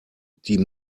die